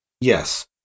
Yes